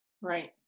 Right